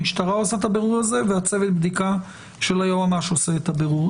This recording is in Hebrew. המשטרה עושה את הבירור הזה וצוות הבדיקה של היועמ"ש עושה את הבירור.